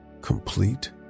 complete